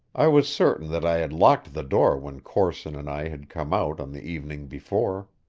i was certain that i had locked the door when corson and i had come out on the evening before.